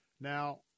Now